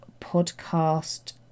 podcast